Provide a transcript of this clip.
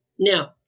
Now